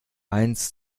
eins